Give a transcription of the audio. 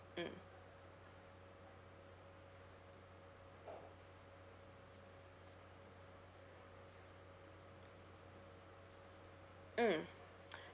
mm mm